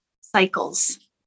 cycles